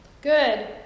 good